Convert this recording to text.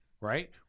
Right